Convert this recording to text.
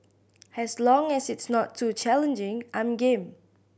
as long as it's not too challenging I'm game